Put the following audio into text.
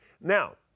Now